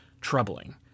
troubling